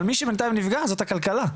אבל מי שבינתיים נפגע זאת הכלכלה שלנו,